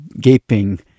gaping